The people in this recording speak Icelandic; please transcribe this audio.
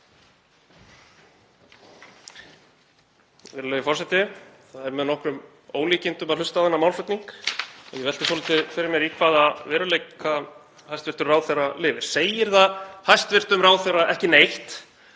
Virðulegur forseti. Það er með nokkrum ólíkindum að hlusta á þennan málflutning. Ég velti svolítið fyrir mér í hvaða veruleika hæstv. ráðherra lifir. Segir það hæstv. ráðherra ekki neitt